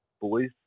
boys